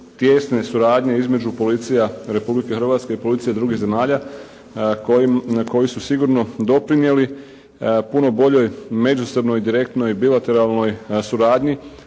tijesne suradnje između policija Republike Hrvatske i policija drugih zemalja na koji su sigurno doprinijeli puno boljoj međusobnoj i direktnoj i bilateralnoj suradnji.